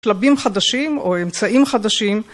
שלבים חדשים או אמצעים חדשים